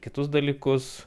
kitus dalykus